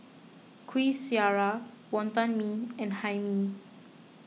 Kuih Syara Wonton Mee and Hae Mee